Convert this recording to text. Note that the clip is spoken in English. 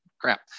Crap